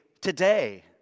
today